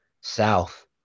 south